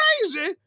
crazy